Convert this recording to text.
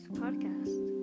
podcast